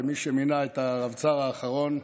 כמי שמינה את הרבצ"ר האחרון,